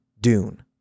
Dune